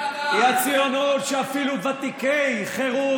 ואפילו ותיקי חרות,